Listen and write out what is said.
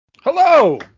Hello